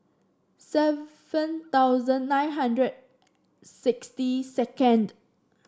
seven thousand nine hundred sixty second